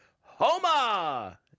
Homa